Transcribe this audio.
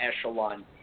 echelon